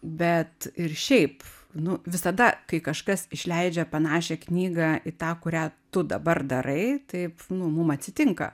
bet ir šiaip nu visada kai kažkas išleidžia panašią knygą į tą kurią tu dabar darai taip nu mum atsitinka